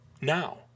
Now